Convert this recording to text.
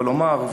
אבל אומר,